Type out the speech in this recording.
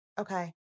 Okay